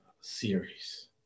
series